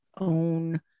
own